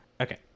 okay